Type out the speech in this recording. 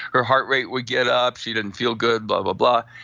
her heart rate would get up, she didn't feel good, blah, blah, blah.